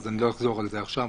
אז אני לא אחזור עליהם עכשיו,